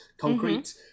concrete